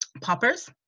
poppers